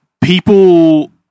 people